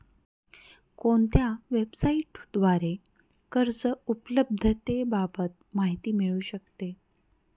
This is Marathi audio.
कोणत्या वेबसाईटद्वारे कर्ज उपलब्धतेबाबत माहिती मिळू शकते?